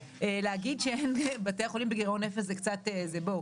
להגיד שבתי החולים בגירעון אפס זה קצת זה בואו.